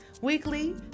weekly